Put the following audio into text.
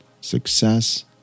success